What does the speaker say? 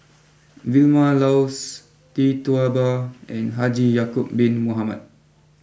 Vilma Laus Tee Tua Ba and Haji Ya Acob Bin Mohamed